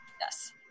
Yes